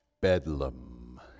Bedlam